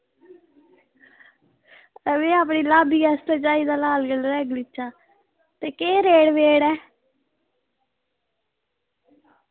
एह् भैया अपनी लाब्बी आस्तै चाहिदा लाल कलर दा गलीचा ते केह् रेट वेट ऐ